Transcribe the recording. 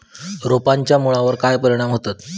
रोपांच्या मुळावर काय परिणाम होतत?